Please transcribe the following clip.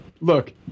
Look